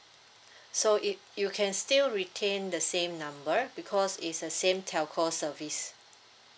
so you you can still retain the same number because it's the same telco service